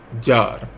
jar